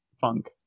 funk